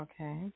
Okay